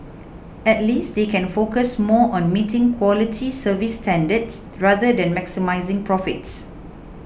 at least they can focus more on meeting quality service standards rather than maximising profits